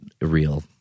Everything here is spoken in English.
real